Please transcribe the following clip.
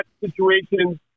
situations